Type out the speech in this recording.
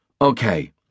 Okay